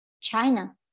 China